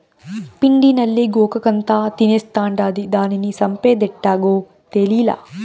పిండి నల్లి గోగాకంతా తినేస్తాండాది, దానిని సంపేదెట్టాగో తేలీలా